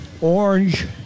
orange